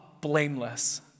blameless